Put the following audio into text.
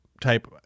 type